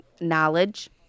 knowledge